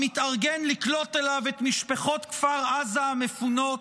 המתארגן לקלוט אליו את משפחות כפר עזה המפונות,